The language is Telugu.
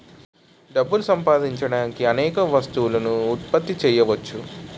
డబ్బులు సంపాదించడానికి అనేక వస్తువులను ఉత్పత్తి చేయవచ్చు